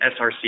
src